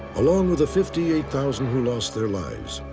along with the fifty eight thousand who lost their lives,